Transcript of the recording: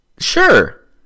sure